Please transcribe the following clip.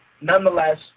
nonetheless